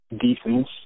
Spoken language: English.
defense